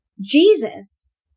Jesus